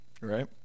right